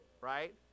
right